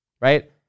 right